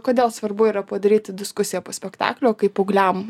kodėl svarbu yra padaryti diskusiją po spektaklio kai paaugliam